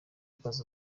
akazi